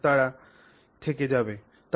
সুতরাং তারা থেকে যাবে